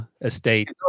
estate